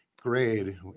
grade